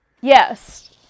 Yes